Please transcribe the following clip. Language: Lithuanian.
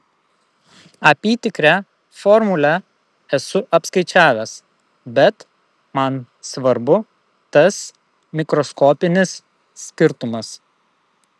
apytikrę formulę esu apskaičiavęs bet man svarbu tas mikroskopinis skirtumas